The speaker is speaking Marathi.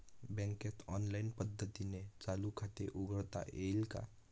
बँकेत ऑनलाईन पद्धतीने चालू खाते उघडता येईल का?